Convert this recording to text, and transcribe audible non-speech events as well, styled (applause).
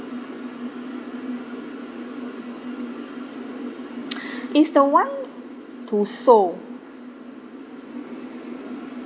(noise) is the one to seoul